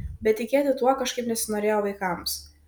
bet tikėti tuo kažkaip nesinorėjo vaikams